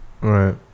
Right